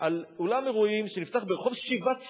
על אולם אירועים שנפתח ברחוב שיבת ציון.